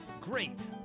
great